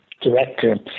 director